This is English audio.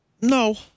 No